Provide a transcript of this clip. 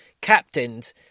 captained